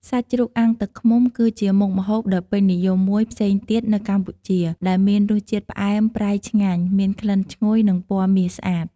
សាច់ជ្រូកអាំងទឹកឃ្មុំ គឺជាមុខម្ហូបដ៏ពេញនិយមមួយផ្សេងទៀតនៅកម្ពុជា ដែលមានរសជាតិផ្អែមប្រៃឆ្ងាញ់ មានក្លិនឈ្ងុយ និងពណ៌មាសស្អាត។